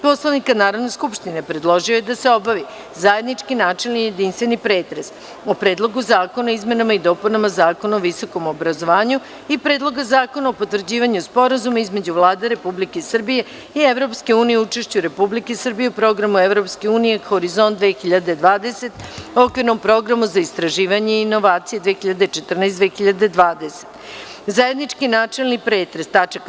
Poslovnika Narodne skupštine, predložio je da se obavi: 1.Zajednički načelni i jedinstveni pretres o: -Predlogu zakona o izmenama i dopunama Zakona o visokom obrazovanju i - Predlog zakona o potvrđivanju Sporazuma između Vlade Republike Srbije i Evropske unije o učešću Republike Srbije u programu Evropske unije Horizont 2020 – okvirnom programu za istraživanje i inovacije (2014 – 2020); 2. Zajednički načelni pretres tač.